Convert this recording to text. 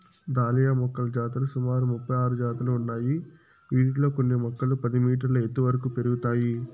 dahlia మొక్కల జాతులు సుమారు ముపై ఆరు జాతులు ఉన్నాయి, వీటిలో కొన్ని మొక్కలు పది మీటర్ల ఎత్తు వరకు పెరుగుతాయి